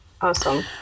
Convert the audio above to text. awesome